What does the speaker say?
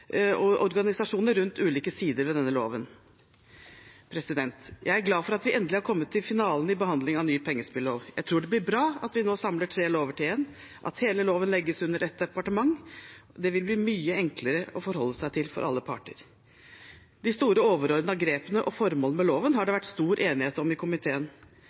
rundt ulike sider ved denne loven. Jeg er glad for at vi endelig har kommet til finalen i behandlingen av ny pengespillov. Jeg tror det blir bra at vi nå samler tre lover til én, og at hele loven legges under ett departement. Det vil bli mye enklere å forholde seg til for alle parter. De store, overordnede grepene og formålet med loven har det vært stor enighet om i komiteen.